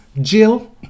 Jill